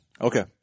Okay